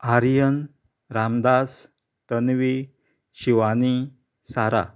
Aryan Ramdas Tanvi Shivani Sara